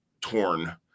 Torn